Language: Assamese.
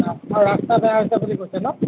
আৰু ৰাস্তা বেয়া হৈছে বুলি কৈছে ন'